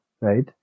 right